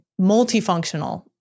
multifunctional